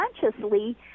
consciously